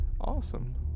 awesome